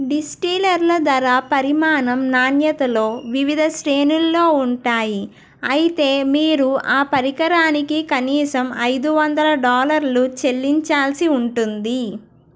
డిస్టిలర్ల ధర పరిమాణం నాణ్యతలో వివిధ శ్రేణిల్లో ఉంటాయి అయితే మీరు ఆ పరికరానికి కనీసం ఐదు వందల డాలర్లు చెల్లించాల్సి ఉంటుంది